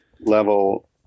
level